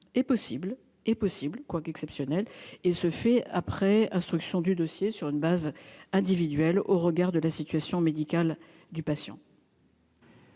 est possible, bien qu'exceptionnelle, et est décidée après instruction du dossier sur une base individuelle au regard de la situation médicale du patient.